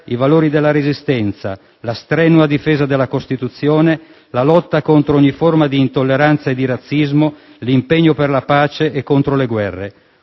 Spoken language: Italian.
i valori della Resistenza, la strenua difesa della Costituzione, la lotta contro ogni forma di intolleranza e di razzismo, l'impegno per la pace e contro le guerre.